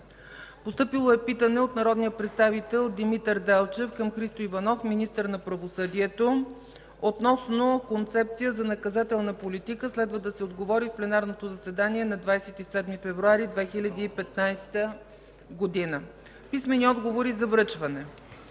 Постъпило е питане от народния представител Димитър Делчев към Христо Иванов – министър на правосъдието, относно концепция за наказателна политика. Следва да се отговори в пленарното заседание на 27 февруари 2015 г. Писмени отговори от: